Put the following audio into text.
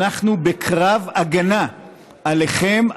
אנחנו בקרב הגנה עליכם,